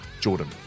Jordan